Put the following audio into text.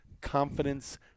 confidence